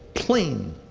plane,